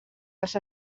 els